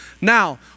Now